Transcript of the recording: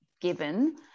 given